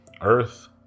Earth